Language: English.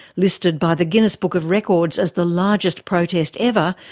listed by the guinness book of records as the largest protest ever,